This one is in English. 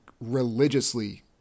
religiously